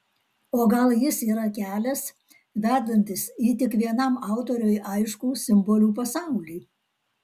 o gal jis yra kelias vedantis į tik vienam autoriui aiškų simbolių pasaulį